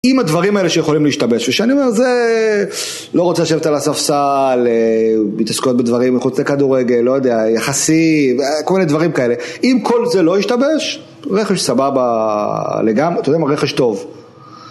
אם הדברים האלה שיכולים להשתבש, ושאני אומר זה, לא רוצה לשבת על הספסל, התעסקויות בדברים מחוץ לכדורגל, לא יודע, יחסי, כל מיני דברים כאלה. אם כל זה לא ישתבש, רכש סבבה לגמרי, אתה יודע מה, רכש טוב.